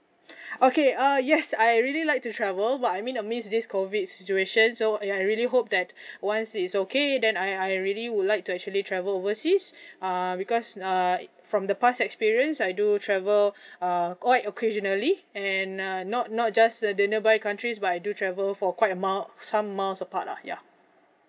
okay uh yes I really like to travel but I mean amidst this COVID situation so I really hope that once it's okay then I I really would like to actually travel overseas err because err from the past experience I do travel err quite occasionally and uh not not just the the nearby countries but I do travel for quite a mile or some miles apart lah ya